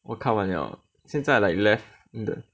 我看完了现在 like left the